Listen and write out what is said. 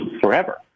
forever